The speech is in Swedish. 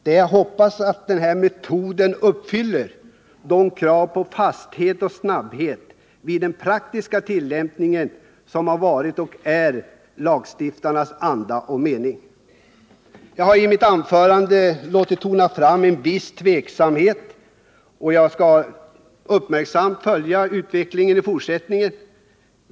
Det är att hoppas att denna ”metod” uppfyller de krav på fasthet och snabbhet vid den praktiska tillämpningen som har varit och är i överensstämmelse med lagstiftarens anda och mening. Jag har i mitt anförande låtit tona fram en viss tvekan, och jag skall uppmärksamt följa utvecklingen.